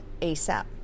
ASAP